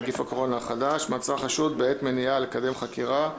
נגיף הקורונה החדש) (מעצר חשוד בעת מניעה לקדם חקירה),